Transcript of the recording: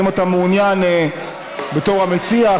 האם אתה מעוניין, בתור המציע?